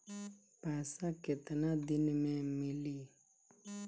पैसा केतना दिन में मिली?